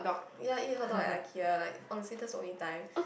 ya eat hotdog at Ikea like on certain only times